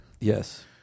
Yes